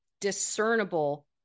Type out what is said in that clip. discernible